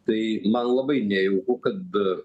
tai man labai nejauku kad